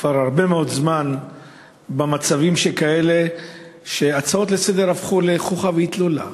כבר הרבה מאוד זמן למצבים כאלה שהצעות לסדר-היום הפכו לחוכא ואטלולא.